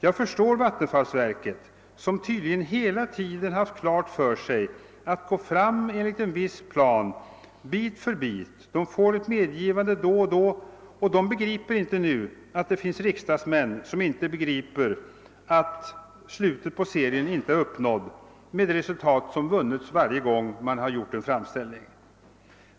Jag förstår att vattenfallsverket hela tiden haft framför sig en plan innebärande att man går framåt bit för bit. Man har fått ett medgivande i taget men begriper inte varför vissa riksdagsmän inte inser att slutet på serien är uppnådd med de resultat som vunnits varje gång en framställning gjorts.